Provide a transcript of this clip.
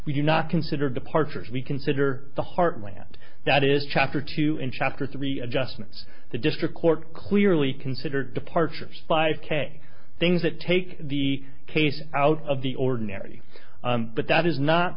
we do not consider departures we consider the heartland that is chapter two in chapter three adjustments the district court clearly consider departures five k things that take the case out of the ordinary but that is not